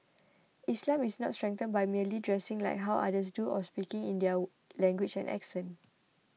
Islam is not strengthened by merely dressing like how others do or speaking in their language and accent